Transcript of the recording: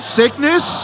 sickness